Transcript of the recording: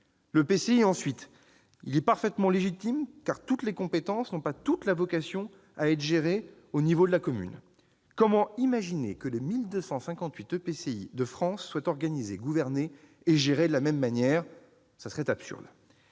l'EPCI : il est parfaitement légitime, car toutes les compétences n'ont pas vocation à être assumées à l'échelon de la commune. Comment imaginer que les 1 258 EPCI de France soient organisés, gouvernés et gérés de la même manière ? Ce serait absurde